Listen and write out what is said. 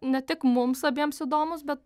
ne tik mums abiems įdomūs bet